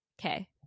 okay